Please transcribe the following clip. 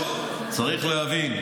צריך להבין,